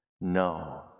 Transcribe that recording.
No